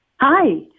Hi